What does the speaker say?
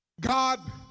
God